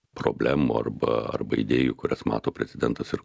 problemų arba arba idėjų kurias mato prezidentas ir